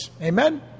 Amen